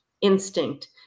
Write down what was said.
instinct